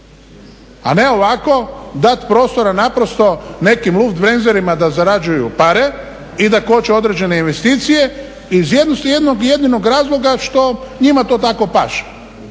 a ne ovako dati prostora naprosto nekim … da zarađuju pare i da koče određene investicije iz jednog jedinog razloga što njima to tako paše.